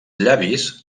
llavis